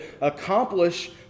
accomplish